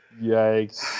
yikes